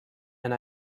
and